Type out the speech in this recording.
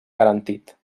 garantit